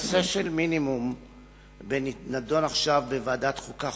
הנושא של מינימום נדון עכשיו בוועדת החוקה,